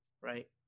Right